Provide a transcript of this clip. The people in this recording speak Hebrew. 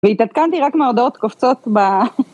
והתעדכנתי רק מההודעות קופצות ב...